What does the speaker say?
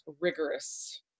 rigorous